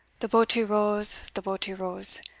the boatie rows, the boatie rows,